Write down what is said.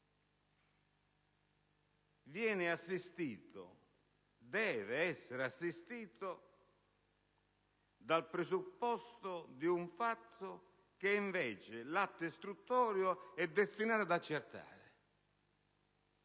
L'atto istruttorio deve essere assistito dal presupposto di un fatto che invece l'atto istruttorio è destinato ad accertare,